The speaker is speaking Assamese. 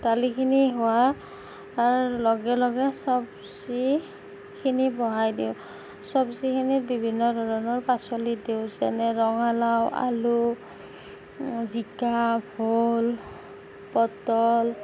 দালিখিনি হোৱাৰ লগে লগে চব্জিখিনি বহাই দিওঁ চব্জিখিনিত বিভিন্ন ধৰণৰ পাচলি দিওঁ যেনে ৰঙালাও আলু জিকা ভোল পটল